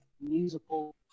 musical